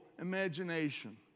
imagination